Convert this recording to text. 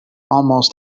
almost